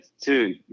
Two